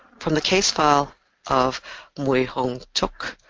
from the case file of way hong tuk,